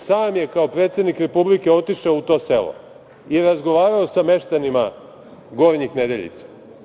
Sam je kao predsednik Republike otišao u to selo i razgovarao sa meštanima Gornjih Nedeljica.